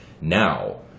now